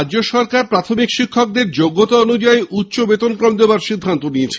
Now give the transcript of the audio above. রাজ্য সরকার প্রাথমিক শিক্ষকদের যোগ্যতা অনুযায়ী উচ্চবেতনক্রম দেওয়ার সিদ্ধান্ত নিয়েছে